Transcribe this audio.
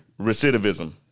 Recidivism